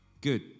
Good